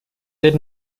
did